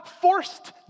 forced